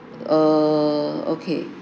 err okay